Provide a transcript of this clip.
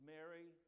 Mary